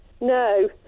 No